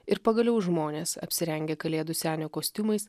ir pagaliau žmonės apsirengę kalėdų senio kostiumais